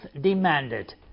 demanded